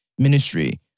Ministry